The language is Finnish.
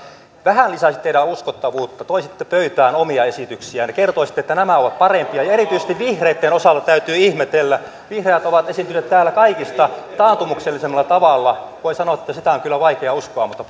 vähän lisäisi teidän uskottavuuttanne kun toisitte pöytään omia esityksiänne ja kertoisitte että nämä ovat parempia erityisesti vihreitten osalta täytyy ihmetellä vihreät ovat esiintyneet täällä kaikista taantumuksellisimmalla tavalla voi sanoa että sitä on kyllä vaikea uskoa mutta